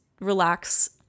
relax